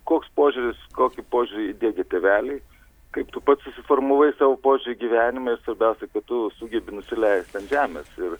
koks požiūris kokį požiūrį įdiegė tėveliai kaip tu pats susiformavai savo požiūrį į gyvenimą svarbiausia kad tu sugebi nusileist ant žemės ir